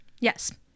Yes